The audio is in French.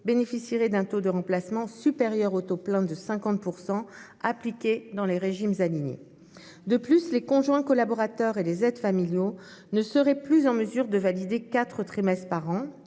bénéficieraient d'un taux de remplacement supérieur au taux plein de 50 % appliqué dans les régimes alignés. De plus, les conjoints collaborateurs et les aides familiaux ne seraient plus en mesure de valider quatre trimestres par an,